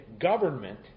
government